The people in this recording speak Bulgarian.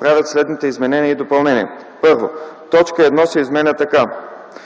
правят следните изменения и допълнения: 1. Точка 1 се изменя така: